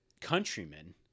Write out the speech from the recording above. countrymen